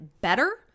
better